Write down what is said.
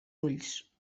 ulls